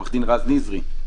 עו"ד רז ניזרי,